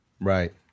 Right